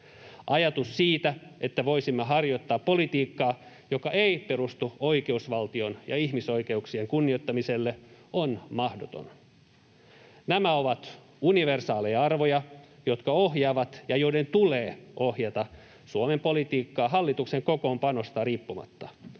Ajatus siitä, että voisimme harjoittaa politiikkaa, joka ei perustu oikeusvaltion ja ihmisoikeuksien kunnioittamiselle, on mahdoton. Nämä ovat universaaleja arvoja, jotka ohjaavat ja joiden tulee ohjata Suomen politiikkaa hallituksen kokoonpanosta riippumatta.